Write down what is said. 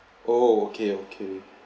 oh okay okay